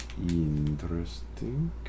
Interesting